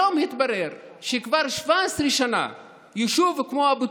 היום התברר שכבר 17 שנה ביישוב כמו אבו